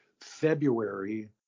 February